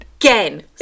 Again